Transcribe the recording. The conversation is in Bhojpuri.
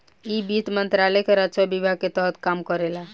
इ वित्त मंत्रालय के राजस्व विभाग के तहत काम करेला